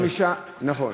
נכון.